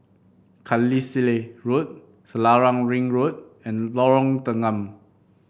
Carlisle Road Selarang Ring Road and Lorong Tanggam